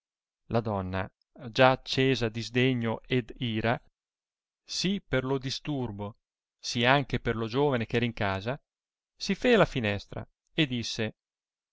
la donna già accesa di sdegno ed ira sì per lo disturbo sì anche per lo giovane ch'era in casa si fé alla finestra e disse